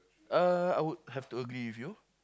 uh I would have to agree with you